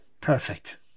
Perfect